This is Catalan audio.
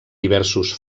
diversos